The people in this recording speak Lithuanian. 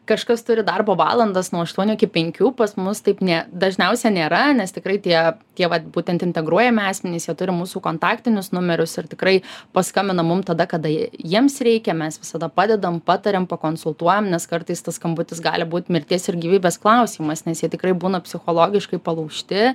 kažkas turi darbo valandas nuo aštuonių iki penkių pas mus taip nė dažniausia nėra nes tikrai tie tie vat būtent integruojami asmenys jie turi mūsų kontaktinius numerius ir tikrai paskambina mum tada kada jiems reikia mes visada padedam patariam pakonsultuojam nes kartais tas skambutis gali būt mirties ir gyvybės klausimas nes jie tikrai būna psichologiškai palaužti